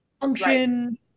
function